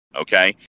okay